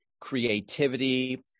creativity